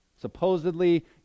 supposedly